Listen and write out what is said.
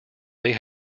they